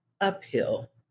uphill